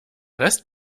rest